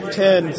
ten